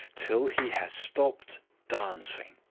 till he has stopped dancing.